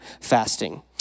fasting